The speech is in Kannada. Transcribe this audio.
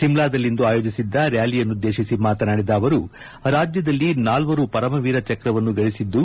ಸಿಮ್ಲಾದಲ್ಲಿಂದು ಆಯೋಜಿಸಿದ್ದ ರ್ಜಾಲಿಯನ್ನುದ್ದೇಶಿಸಿ ಮಾತನಾಡಿದ ಅವರು ರಾಜ್ಯದಲ್ಲಿ ನಾಲ್ವರು ಪರಮವೀರ ಚಕ್ರವನ್ನು ಗಳಿಸಿದ್ದು